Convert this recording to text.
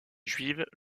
juive